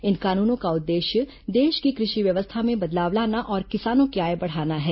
इन कानूनों का उद्देश्य देश की कृषि व्यवस्था में बदलाव लाना और किसानों की आय बढ़ाना है